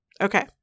Okay